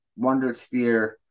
Wondersphere